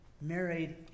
married